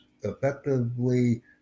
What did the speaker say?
effectively